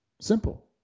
Simple